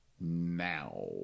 Now